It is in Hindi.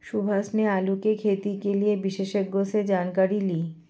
सुभाष ने आलू की खेती के लिए विशेषज्ञों से जानकारी ली